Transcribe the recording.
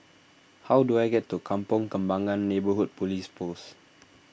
how do I get to Kampong Kembangan Neighbourhood Police Post